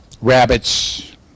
rabbits